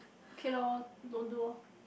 okay lor don't do lor